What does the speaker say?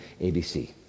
ABC